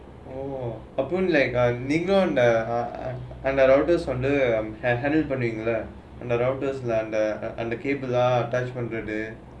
oh அப்பே:appe like uh நீங்கெழும்:ninggelum and the routers வந்தே:vanthae and the routers lah and the cables lah பண்றதே:pandrathae